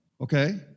okay